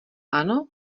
ano